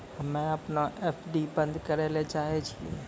हम्मे अपनो एफ.डी बन्द करै ले चाहै छियै